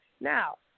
Now